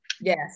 Yes